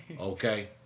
Okay